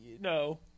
no